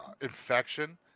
infection